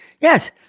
Yes